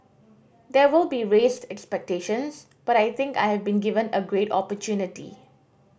there will be raised expectations but I think I have been given a great opportunity